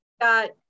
got